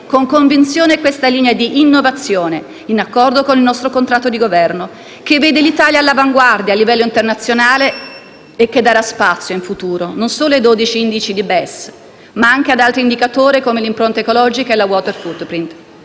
con convinzione questa linea di innovazione, in accordo con il nostro contratto di Governo, che vede l'Italia all'avanguardia a livello internazionale e che darà spazio in futuro non solo ai 12 indici BES, ma anche ad altri indicatori come l'impronta ecologica e la *water* *footprint*.